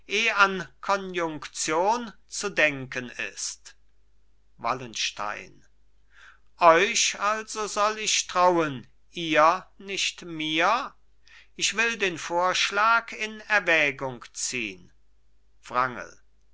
an konjunktion zu denken ist wallenstein euch also soll ich trauen ihr nicht mir ich will den vorschlag in erwägung ziehn wrangel